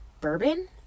Bourbon